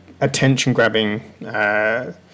attention-grabbing